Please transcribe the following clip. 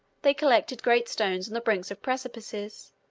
they collected great stones on the brinks of precipices,